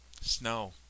snow